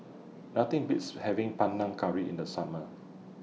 Nothing Beats having Panang Curry in The Summer